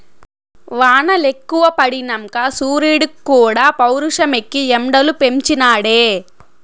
వానలెక్కువ పడినంక సూరీడుక్కూడా పౌరుషమెక్కి ఎండలు పెంచి నాడే